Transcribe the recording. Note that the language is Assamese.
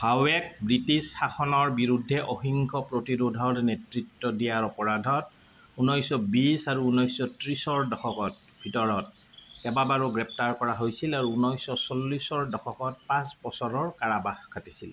ভাৱেক ব্ৰিটিছ শাসনৰ বিৰুদ্ধে অহিংস প্ৰতিৰোধৰ নেতৃত্ব দিয়াৰ অপৰাধত ঊনৈছশ বিছ আৰু ঊনৈছশ ত্ৰিছৰ দশকত ভিতৰত কেইবাবাৰো গ্ৰেপ্তাৰ কৰা হৈছিল আৰু ঊনৈছশ চল্লিছৰ দশকত পাঁচ বছৰৰ কাৰাবাস খাটিছিল